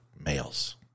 males